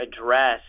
address